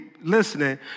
listening